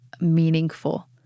meaningful